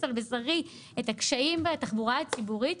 על בשרי את הקשיים בתחבורה הציבורית,